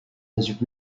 was